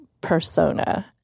persona